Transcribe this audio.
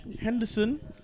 Henderson